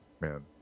man